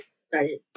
started